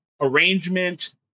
arrangement